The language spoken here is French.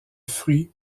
fruit